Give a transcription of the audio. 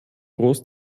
groß